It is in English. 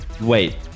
Wait